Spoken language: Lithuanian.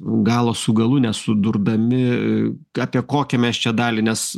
galo su galu nesudurdami apie kokią mes čia dalį nes